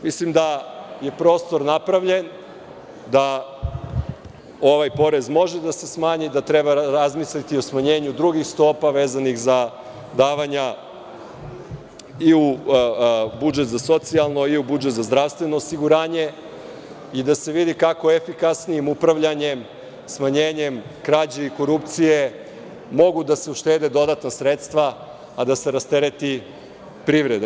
Mislim da je prostor napravljen, da ovaj porez može da se smanji, da treba razmisliti o smanjenju drugih stopa vezanih za davanja i u budžet za socijalna i u budžet za zdravstveno osiguranje i da se vidi kako efikasnijim upravljanjem, smanjenjem krađe i korupcije, mogu da se uštede dodatna sredstva, a da se rastereti privreda.